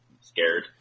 scared